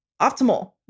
optimal